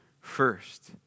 first